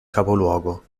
capoluogo